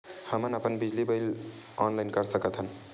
हमन अपन बिजली बिल ऑनलाइन कर सकत हन?